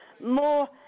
more